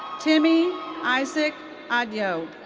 timmy isaac adio.